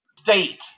state